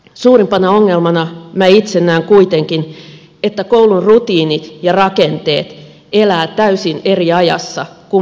suurimpana ongelmana minä itse näen kuitenkin että koulun rutiinit ja rakenteet elävät täysin eri ajassa kuin meidän lapsemme